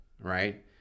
right